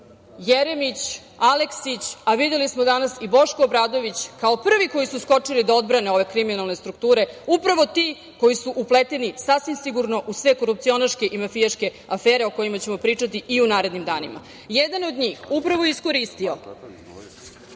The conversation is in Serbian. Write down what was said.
Jeremić, Aleksić, a videli smo danas i Boško Obradović, kao prvi koji su skočili da odbrane ove kriminalne strukture, upravo ti koji su upleteni sasvim sigurno u sve korupcionaške i mafijaške afere o kojima ćemo pričati i u narednim danima. Jedan od njih upravo je iskoristio